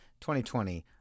2020